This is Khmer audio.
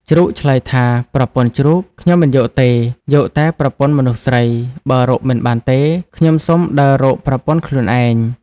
ជ្រូកឆ្លើយថា ប្រពន្ធជ្រូក ខ្ញុំមិនយកទេ យកតែប្រពន្ធមនុស្សស្រី បើរកមិនបានទេ ខ្ញុំសុំដើររកប្រពន្ធខ្លួនឯង។